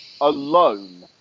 alone